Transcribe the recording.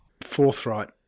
forthright